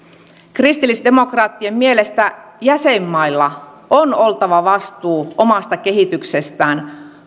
kristillisdemokraattien mielestä jäsenmailla on oltava vastuu omasta kehityksestään